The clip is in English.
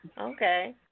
Okay